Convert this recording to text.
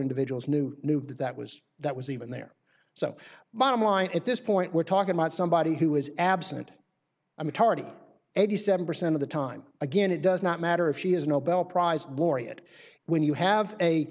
individuals knew knew that that was that was even there so bottom line at this point we're talking about somebody who was absent a majority eighty seven percent of the time again it does not matter if she is nobel prize laureate when you have a